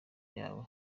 yawe